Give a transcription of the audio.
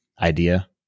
idea